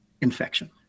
infection